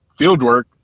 Fieldwork